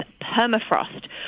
permafrost